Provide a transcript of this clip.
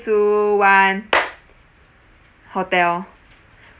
two one hotel